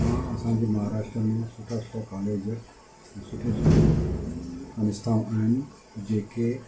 हा असांजे महाराष्ट्रा में सुठा सुठा कॉलेज सुठी सुठी संस्थाऊं आहिनि जेके